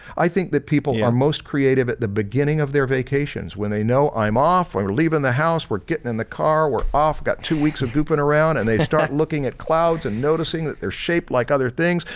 i think that people are most creative at the beginning of their vacations when they know i'm off, we're leaving the house, we're getting in the car, we're off, i've got two weeks of goofing around and they start looking at clouds and noticing that they're shaped like other things,